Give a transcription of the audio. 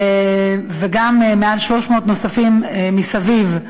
וגם ליותר מ-300 נוספים מסביב,